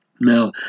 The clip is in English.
Now